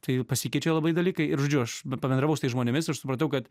tai pasikeičia labai dalykai ir žodžiu aš pabendravau su tais žmonėmis aš supratau kad